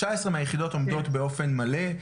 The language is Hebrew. תשע עשרה מהיחידות עומדות באופן מלא.